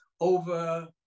over